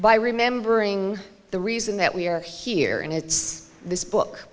by remembering the reason that we are here and it's this book